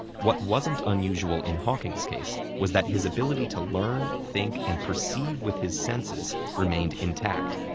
what wasn't unusual in hawking's case was that his ability to learn, think, and perceive with his senses remained intact.